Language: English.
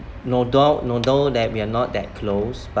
although although that we're not that close